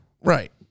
Right